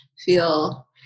feel